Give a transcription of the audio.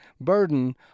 burden